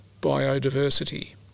biodiversity